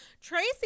Tracy